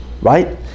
right